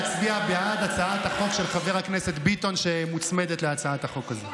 להצביע בעד הצעת החוק של חבר הכנסת ביטון שמוצמדת להצעת החוק הזאת.